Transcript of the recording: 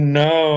no